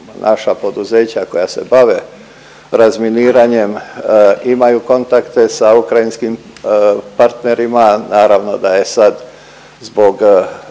naša poduzeća koja se bave razminiranjem imaju kontakte sa ukrajinskim partnerima. Naravno da je sad zbog